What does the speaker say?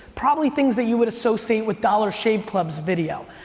probably things that you would associate with dollar shave club's video.